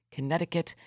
Connecticut